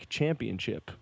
Championship